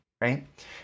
right